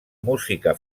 música